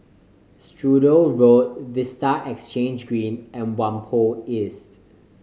Sturdee Road Vista Exhange Green and Whampoa East